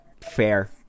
Fair